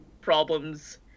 problems